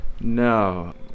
No